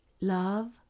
love